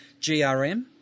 GRM